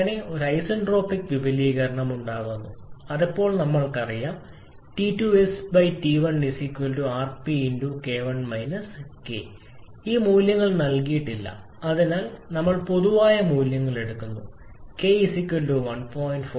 അങ്ങനെ ഒരു ഐസന്റ്രോപിക് വിപുലീകരണം ഉണ്ടായിരുന്നു അപ്പോൾ ഞങ്ങൾക്കറിയാം ഈ മൂല്യങ്ങൾ നൽകിയിട്ടില്ല അതിനാൽ ഞങ്ങൾ പൊതുവായ മൂല്യങ്ങൾ എടുക്കുന്നു k 1